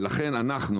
לכן אנחנו,